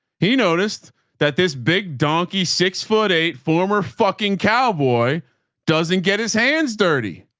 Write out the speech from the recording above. he noticed that this big donkey, six foot eight former fucking cowboy doesn't get his hands dirty.